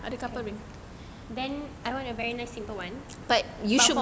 then I want to buy very simple [one] but